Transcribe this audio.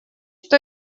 что